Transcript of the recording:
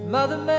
Mother